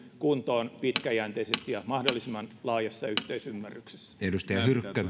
kuntoon pitkäjänteisesti ja mahdollisimman laajassa yhteisymmärryksessä